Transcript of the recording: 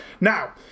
Now